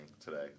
today